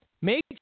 Make